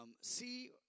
See